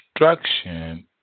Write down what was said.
instruction